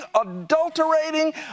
adulterating